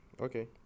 Okay